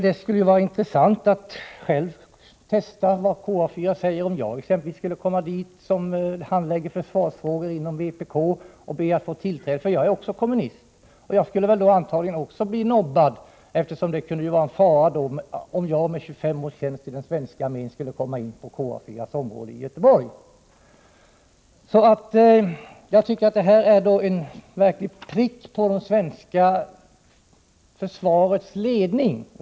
Det vore intressant att testa vad man på KA 4 skulle säga om exempelvis jag, som handlägger försvarsfrågor inom vpk, bad att få tillträde. Också jag är ju kommunist, och jag skulle antagligen har blivit vägrad tillträde, eftersom man skulle se en fara i att jag med mina 25 års tjänst inom den Jag tycker att det inträffade borde föranleda någon åtgärd från det svenska försvarets ledning.